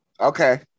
Okay